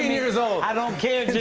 years old. i don't care,